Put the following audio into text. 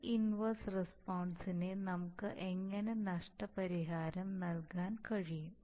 ഈ ഇൻവർസ് റസ്പോൺസ്സിനെ നമുക്ക് എങ്ങനെ നഷ്ടപരിഹാരം നൽകാൻ കഴിയും